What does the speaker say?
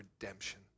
redemption